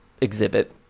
exhibit